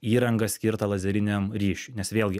įrangą skirtą lazeriniam ryšiui nes vėlgi